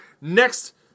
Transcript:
Next